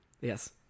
yes